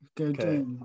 Okay